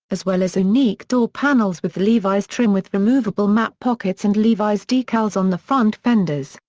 as well as unique door panels with levis trim with removable map pockets and levi's decals on the front fenders.